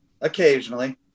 occasionally